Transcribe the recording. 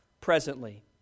presently